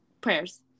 prayers